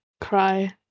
cry